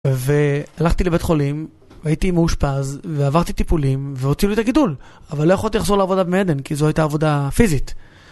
והלכתי לבית חולים, הייתי מאושפז, ועברתי טיפולים, והוציאו לי את הגידול. אבל לא יכולתי לחזור לעבודה במי עדן, כי זו הייתה עבודה פיזית.